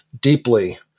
deeply